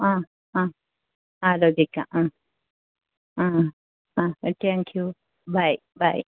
ആ ആ ആലോചിക്കാം ആ ആ ആ ആ താങ്ക് യൂ ബായ് ബായ്